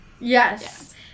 Yes